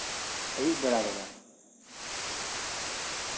ᱟᱭᱩᱵ ᱵᱮᱲᱟ ᱫᱚ ᱵᱟᱝ